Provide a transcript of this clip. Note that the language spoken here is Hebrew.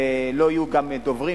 ולא יהיו גם דוברים,